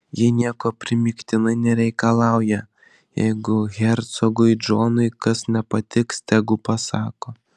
ji nieko primygtinai nereikalauja jeigu hercogui džonui kas nepatiks tegu pasako